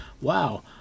Wow